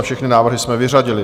Všechny návrhy jsme vyřadili.